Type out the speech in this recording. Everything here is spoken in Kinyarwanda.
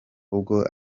ubwo